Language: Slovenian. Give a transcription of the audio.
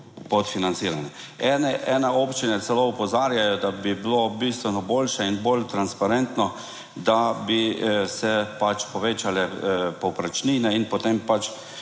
podfinancirane. Ene občine celo opozarjajo, da bi bilo bistveno boljše in bolj transparentno, da bi se pač povečale povprečnine in potem pač